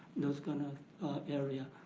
those kind of area.